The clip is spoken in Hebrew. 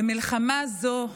במלחמה זו,